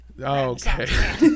Okay